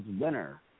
winner